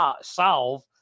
solve